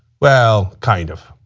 well, kind of.